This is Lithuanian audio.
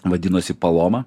vadinosi paloma